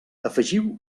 afegiu